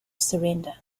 surrender